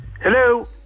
Hello